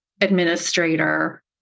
administrator